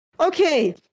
Okay